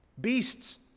Beasts